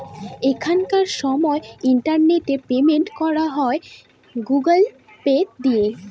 এখনকার সময় internet payment করা হয় গুগুল পে দিয়ে